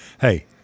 Hey